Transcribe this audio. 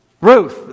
Ruth